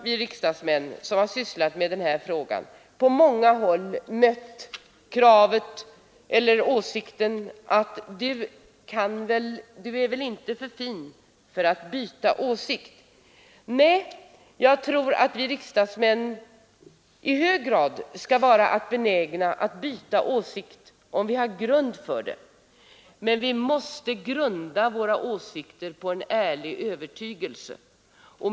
Vi riksdagsmän som har sysslat med denna fråga har på många håll fått höra: Du är väl inte för fin för att byta åsikt? Nej, jag tror att vi riksdagsmän i hög grad skall vara benägna att byta åsikt, om det finns anledning till det. Men vi måste grunda våra åsikter på en ärlig övertygelse.